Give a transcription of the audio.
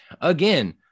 again